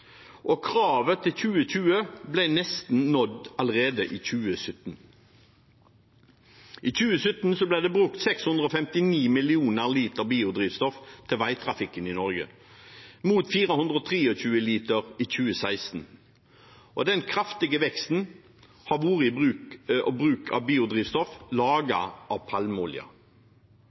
og kravet til 2020 ble nesten nådd allerede i 2017. I 2017 ble det brukt 659 mill. liter biodrivstoff til veitrafikken i Norge, mot 423 mill. liter i 2016. Den kraftige veksten har vært i bruk av biodrivstoff laget av palmeolje. I 2017 var 317 mill. liter biodiesel laget av palmeolje,